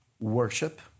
worship